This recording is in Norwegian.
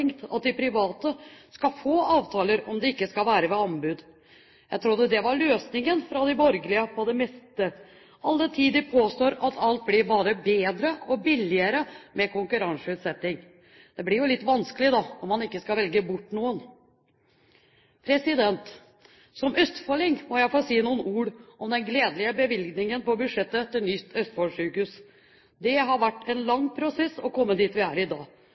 tenkt at de private skal få avtaler om det ikke skal være ved anbud. Jeg trodde det var løsningen fra de borgerlige på det meste, all den tid de påstår at alt blir både bedre og billigere med konkurranseutsetting. Det blir jo litt vanskelig, da, når man ikke skal velge bort noen. Som østfolding må jeg si noen ord om den gledelige bevilgningen på budsjettet til nytt Østfold-sykehus. Det har vært en lang prosess å komme dit vi er i dag,